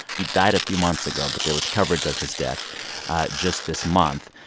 he died a few months ago, but there was coverage of his death just this month.